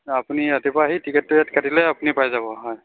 অ আপুনি ৰাতিপুৱা আহি টিকেটটো ইয়াত কাটিলে আপুনি পাই যাব হয়